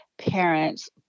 parents